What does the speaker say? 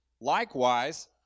Likewise